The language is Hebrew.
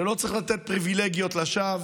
שלא צריך לתת פריבילגיות לשווא.